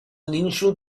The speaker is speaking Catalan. nínxol